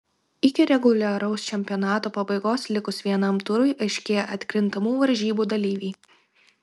iki reguliaraus čempionato pabaigos likus vienam turui aiškėja atkrintamų varžybų dalyviai